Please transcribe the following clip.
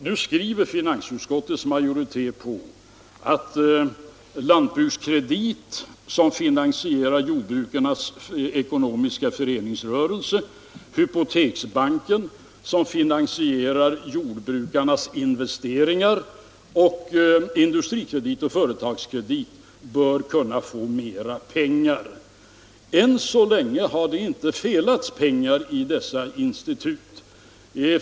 Nu skriver finansutskottets majoritet att Lantbrukskredit, som finansierar jordbrukarnas ekonomiska föreningsrörelse, hypoteksbanken, som finansierar jordbrukarnas investeringar, samt Industrikredit och Företagskredit bör kunna få mer pengar. Än så länge har det inte felats pengar i dessa institut.